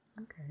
Okay